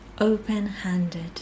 open-handed